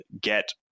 get